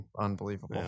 Unbelievable